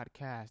Podcast